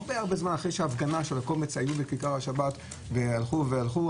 הרבה זמן אחרי שההפגנה של הקומץ היו בכיכר השבת והלכו והלכו,